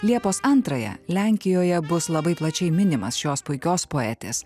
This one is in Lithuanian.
liepos antrąją lenkijoje bus labai plačiai minimas šios puikios poetės